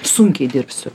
sunkiai dirbsiu